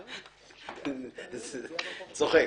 צוחק.